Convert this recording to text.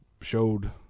showed